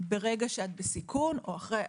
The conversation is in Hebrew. ברגע שאת בסיכון או אחרי.